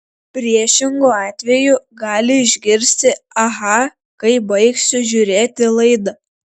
priešingu atveju gali išgirsti aha kai baigsiu žiūrėti laidą